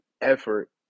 effort